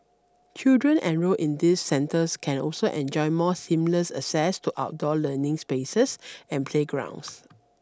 children enrolled in these centres can also enjoy more seamless access to outdoor learning spaces and playgrounds